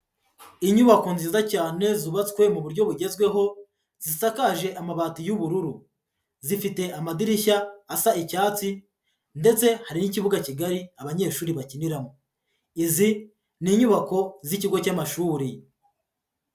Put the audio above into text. Inyubako nziza cyane zubatswe mu buryo bugezweho, zisakaje amabati y'ubururu. Zifite amadirishya asa icyatsi ndetse hari n'ikibuga kigari abanyeshuri bakiniramo. Izi ni inyubako z'ikigo cy'amashuri.